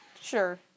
sure